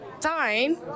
time